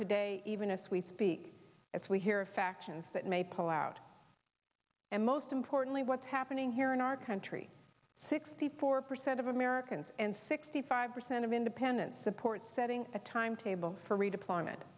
today even as we speak as we hear factions that may pull out and most importantly what's happening here in our country sixty four percent of americans and sixty five percent of independents support setting a timetable for redeployment